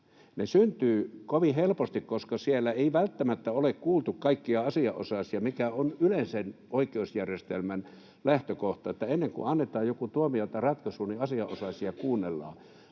Ne syntyvät kovin helposti, koska siellä ei välttämättä ole kuultu kaikkia asianosaisia. On yleisen oikeusjärjestelmän lähtökohta, että ennen kuin annetaan joku tuomio tai ratkaisu, niin asianosaisia kuunnellaan.